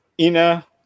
Ina